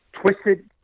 twisted